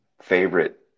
favorite